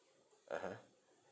(uh huh)